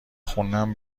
خونم